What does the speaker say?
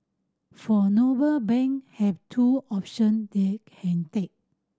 for Noble bank have two option they can take